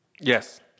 yes